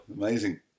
Amazing